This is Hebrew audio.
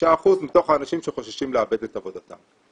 6% מכלל המועסקים שחוששים לאבד את עבודתם.